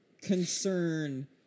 concern